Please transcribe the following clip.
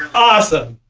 awesome.